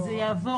זה יעבור.